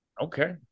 Okay